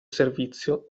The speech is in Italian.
servizio